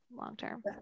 long-term